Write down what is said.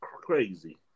crazy